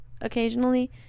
occasionally